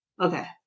Okay